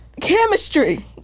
Chemistry